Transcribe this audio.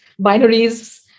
binaries